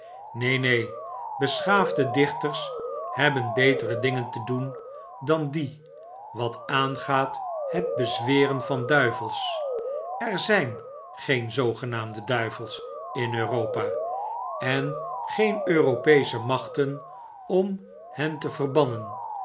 neen neen beschaafde dicbters hebben betere dingen te doen dan die wat aangaat het bezweren van duivels er zgn geen zoogenaamde duivels in europa en geen europeesche machten om hen te verbannen